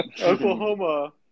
Oklahoma